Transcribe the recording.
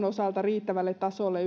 osalta riittävälle tasolle